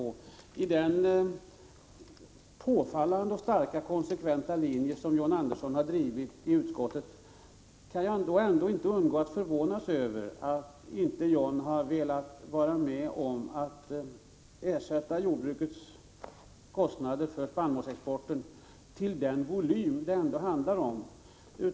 Mot bakgrund av den påfallande starka och konsekventa linje som John Andersson har drivit i utskottet kan jag ändå inte undgå att förvånas över att John Andersson inte har velat vara med om att ersätta jordbrukets kostnader för spannmålsöverskottet till den volym det trots allt handlar om.